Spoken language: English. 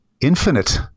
infinite